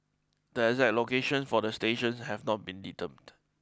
the exact locations for the stations have not been determined